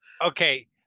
Okay